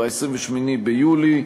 ב-28 ביולי,